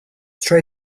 try